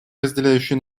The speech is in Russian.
разделяющие